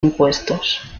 impuestos